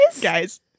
Guys